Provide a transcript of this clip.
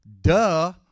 Duh